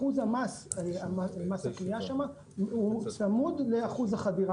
אחוז המס צמוד לאחוז החדירה.